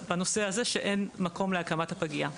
שאין מקום להקמת הפגייה.